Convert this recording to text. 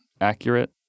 accurate